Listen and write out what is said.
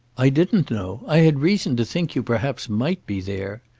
i didn't know. i had reason to think you perhaps might be there.